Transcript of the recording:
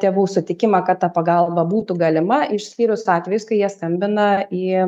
tėvų sutikimą kad ta pagalba būtų galima išskyrus atvejus kai jie skambina į